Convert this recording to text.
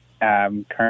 current